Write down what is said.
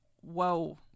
whoa